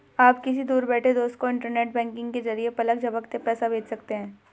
आप किसी दूर बैठे दोस्त को इन्टरनेट बैंकिंग के जरिये पलक झपकते पैसा भेज सकते हैं